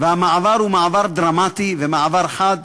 והמעבר הוא מעבר דרמטי ומעבר חד.